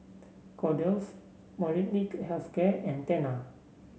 Kordel's Molnylcke Health Care and Tena